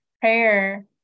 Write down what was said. prayer